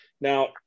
Now